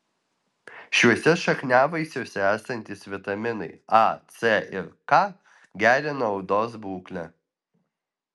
šiuose šakniavaisiuose esantys vitaminai a c ir k gerina odos būklę